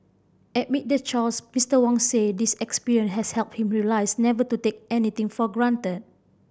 amid the chaos Mister Wong said this experience has helped him realise never to take anything for granted